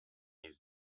his